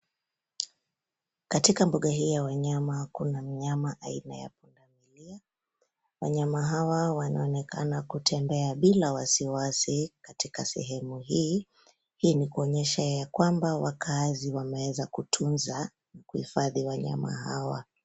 Katika mbuga hii ya wanyama kuna mnyama aina ya pundamilia , wanyama hawa wanaoenakana kutembea bila wasiwasi katika sehemu hii, hii ni kuonyesha yakwamba wakaazi wameweza kutunza hifadhi ya wanyama hawa.